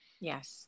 Yes